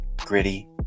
gritty